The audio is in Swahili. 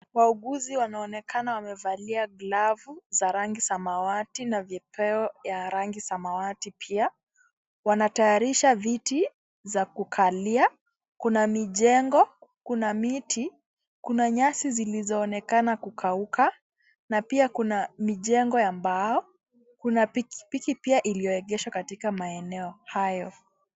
Wauguzi wanaonekana wamevalia glavu za rangi samawati na vipeo vya rangi samawati pia wanatayarisha viti za kukalia kuna mijengo kuna miti kuna nyasi zilizo onekana kukauka na pia kuna mijengo ya mbao. Kuna piki piki pia ilio egeshwa katika maeneo hayo.